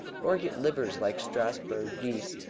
or get livers like strasburg geese,